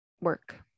work